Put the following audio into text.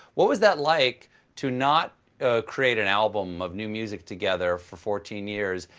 what was that like to not create an album of new music together for fourteen years,